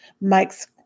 Mike's